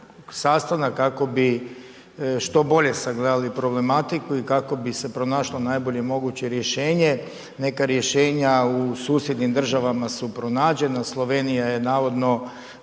sastanak, kako bi što bolje sagledali problematiku i kako bi se pronašlo najbolje moguće rješenje. Neka rješenja u susjednim državama su pronađena, Slovenija je navodno